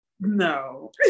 no